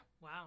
wow